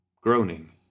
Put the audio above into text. Groaning